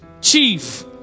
chief